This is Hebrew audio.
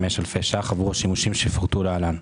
אלפי ש"ח עבור השימושים שיפורטו להלן,